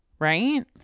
right